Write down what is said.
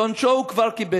את עונשו הוא כבר קיבל.